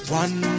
one